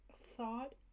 thought